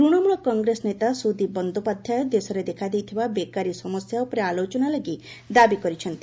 Trinamool Congress ନେତା ସୁଦୀପ ବନ୍ଦୋପାଧ୍ୟାୟ ଦେଶରେ ଦେଖାଦେଇଥିବା ବେକାରୀ ସମସ୍ୟା ଉପରେ ଆଲୋଚନା ଲାଗି ଦାବି କରିଛନ୍ତି